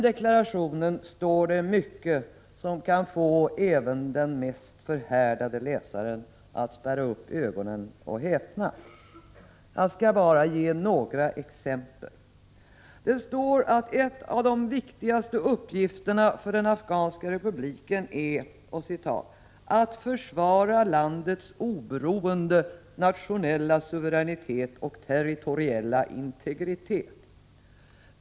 Där står mycket som kan få även den mest förhärdade läsare att spärra upp ögonen och häpna. Jag skall bara ge några få exempel. Därstår att en av de viktigaste uppgifterna för den afghanska republiken är ”att försvara landets oberoende, nationella suveränitet och territoriella integritet”.